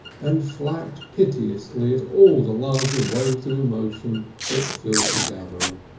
and flapped piteously at all the larger waves of emotion that filled the gathering.